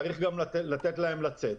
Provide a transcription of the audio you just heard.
צריך גם לתת להם לצאת.